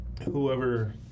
whoever